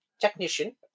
technician